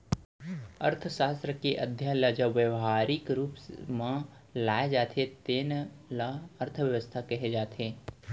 अर्थसास्त्र के अध्ययन ल जब ब्यवहारिक रूप म लाए जाथे तेन ल अर्थबेवस्था कहे जाथे